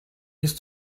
ist